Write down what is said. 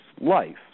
life